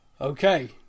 Okay